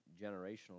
generational